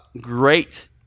Great